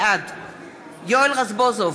בעד יואל רזבוזוב,